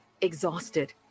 Exhausted